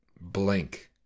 blank